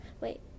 wait